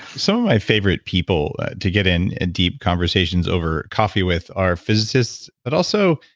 so my favorite people to get in deep conversations over coffee with are physicists but also,